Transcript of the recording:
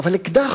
אבל אקדח,